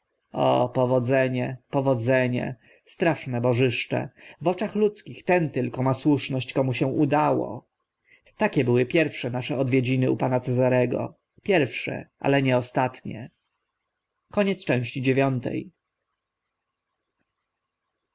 o powodzenie powodzenie straszne bożyszcze w oczach ludzkich ten tylko ma słuszność komu się udało takie były pierwsze nasze odwiedziny u pana cezarego pierwsze ale nie ostatnie